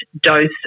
dose